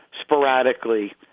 sporadically